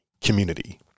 community